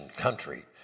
country